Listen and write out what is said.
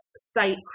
site